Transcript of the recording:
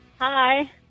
Hi